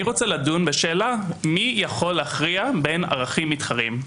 אני רוצה לדון בשאלה מי יכול להכריע בין ערכים מתחרים.